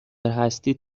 هستید